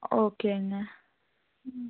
ஓகேங்க ம்